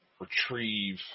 retrieve